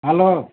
hello